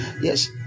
Yes